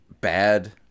bad